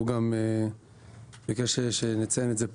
והוא גם ביקש שנציין את זה פה,